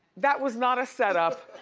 that was not a set-up.